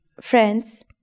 friends